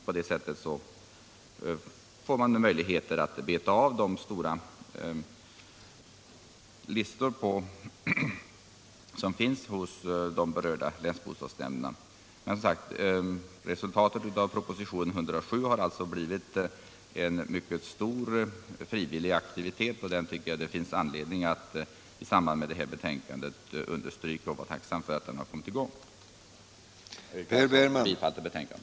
På det sättet får vi möjlighet att beta av de långa listor som finns hos de berörda länsbostadsnämnderna. Resultatet av propositionen 107 har, som sagt, blivit en mycket stor frivillig aktivitet, och därför finns det anledning att se till att anslagstillförseln fungerar.